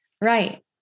Right